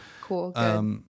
Cool